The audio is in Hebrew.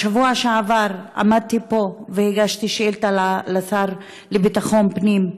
בשבוע שעבר עמדתי פה והגשתי שאילתה לשר לביטחון פנים,